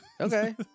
Okay